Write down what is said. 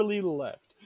left